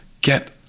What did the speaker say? get